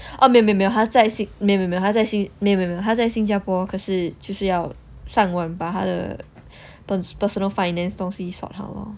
oh 没没没有他在新没没没有他在新加坡还可是就是要上网把他的 personal finance 东西 sort 好 lor